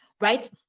Right